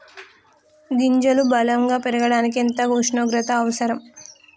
గింజలు బలం గా పెరగడానికి ఎంత ఉష్ణోగ్రత అవసరం?